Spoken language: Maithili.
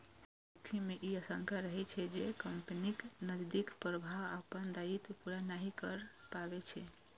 वित्तीय जोखिम मे ई आशंका रहै छै, जे कंपनीक नकदीक प्रवाह अपन दायित्व पूरा नहि कए पबै छै